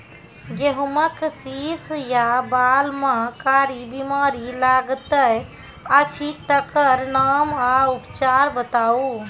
गेहूँमक शीश या बाल म कारी बीमारी लागतै अछि तकर नाम आ उपचार बताउ?